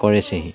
কৰিছেহি